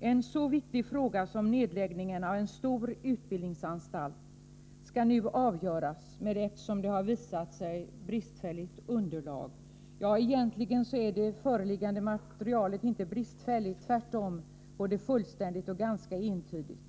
En så viktig fråga som nedläggningen av en stor utbildningsanstalt skall nu avgöras på ett som det har visat sig bristfälligt underlag. Ja, egentligen är det föreliggande materialet inte bristfälligt. Tvärtom är det både fullständigt och ganska entydigt.